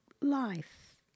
life